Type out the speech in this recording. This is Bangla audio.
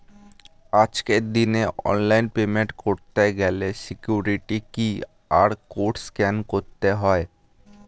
আজকের দিনে অনলাইনে পেমেন্ট করতে গেলে সিকিউরিটি কিউ.আর কোড স্ক্যান করতে হয়